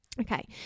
Okay